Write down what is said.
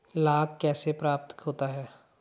लाख कैसे प्राप्त होता है?